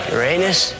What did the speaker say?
Uranus